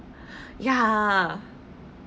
ya